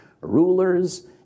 rulers